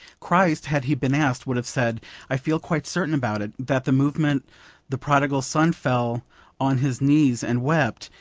christ, had he been asked, would have said i feel quite certain about it that the moment the prodigal son fell on his knees and wept,